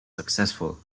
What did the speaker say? successful